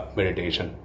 Meditation